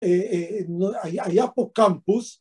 אהה, אהה, היה פה קמפוס